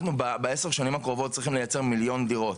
אנחנו בעשר השנים הקרובות צריכים לייצר מיליון דירות.